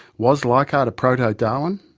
was leichhardt a proto-darwin?